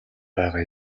байгаа